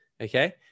okay